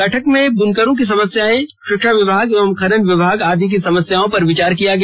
बैठक में बुनकरों की समस्याएं शिक्षा विभाग एवं खनन विभाग आदि की समस्याओं पर विचार किया गया